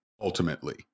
ultimately